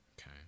okay